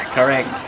Correct